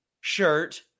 shirt